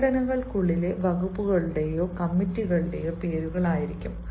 സംഘടനകൾക്കുള്ളിലെ വകുപ്പുകളുടെയോ കമ്മിറ്റികളുടെയോ പേരുകൾ ആയിരിക്കും